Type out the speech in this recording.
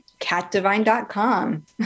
catdivine.com